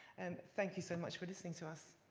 and thank you so much for listening to us.